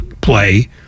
play